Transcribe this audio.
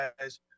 guys